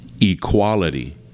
equality